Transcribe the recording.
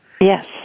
Yes